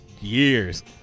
years